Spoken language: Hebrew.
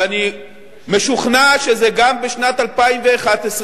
ואני משוכנע שזה גם בשנת 2011,